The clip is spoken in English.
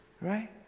right